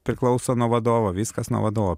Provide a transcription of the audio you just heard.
priklauso nuo vadovo viskas nuo vadovo